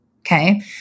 Okay